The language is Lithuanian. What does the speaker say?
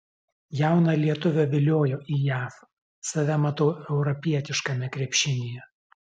jauną lietuvę viliojo į jav save matau europietiškame krepšinyje